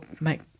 make